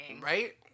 Right